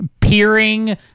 peering